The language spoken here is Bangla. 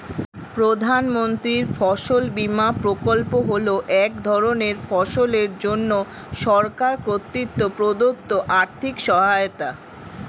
প্রধানমন্ত্রীর ফসল বিমা প্রকল্প হল এক ধরনের ফসলের জন্য সরকার কর্তৃক প্রদত্ত আর্থিক সহায়তা